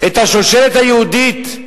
את השושלת היהודית,